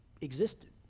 existed